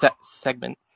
segment